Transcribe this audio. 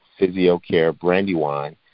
PhysioCareBrandyWine